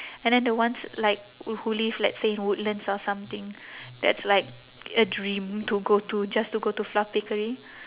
and then the ones like who live let's say in woodlands or something that's like a dream to go to just to go to fluff bakery